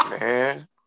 Man